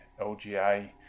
LGA